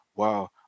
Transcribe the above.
Wow